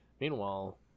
Meanwhile